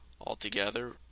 altogether